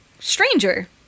stranger